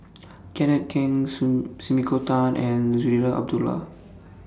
Kenneth Keng Sumiko Tan and Zarinah Abdullah